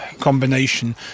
combination